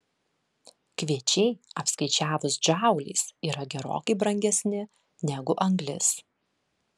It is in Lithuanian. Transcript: kviečiai apskaičiavus džauliais yra gerokai brangesni negu anglis